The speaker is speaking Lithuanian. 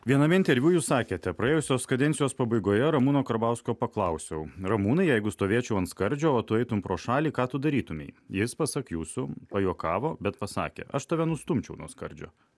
viename interviu jūs sakėte praėjusios kadencijos pabaigoje ramūno karbausko paklausiau ramūnai jeigu stovėčiau ant skardžio o tu eitum pro šalį ką tu darytumei jis pasak jūsų pajuokavo bet pasakė aš tave nustumčiau nuo skardžio